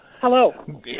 Hello